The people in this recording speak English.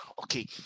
okay